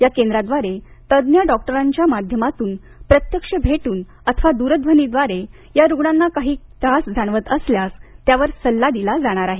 या केंद्रांद्वारे तज्ञ डॉक्टरांच्या माध्यमातून प्रत्यक्ष भेटून अथवा दूरध्वनीद्वारे या रुग्णांना काही त्रास जाणवत असल्यास त्यावर सल्ला दिला जाणार आहे